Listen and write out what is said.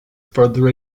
further